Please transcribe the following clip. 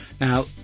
now